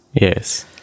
Yes